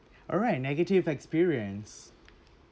alright negative experience